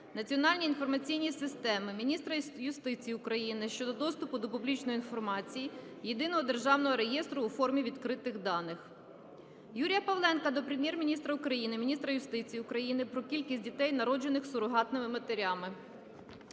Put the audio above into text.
"Національні інформаційні системи", міністра юстиції України щодо доступу до публічної інформації Єдиного державного реєстру у формі відкритих даних. Юрія Павленка до Прем'єр-міністра України, міністра юстиції України про кількість дітей, народжених сурогатними матерями.